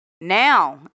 Now